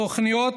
התוכניות